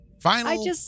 Final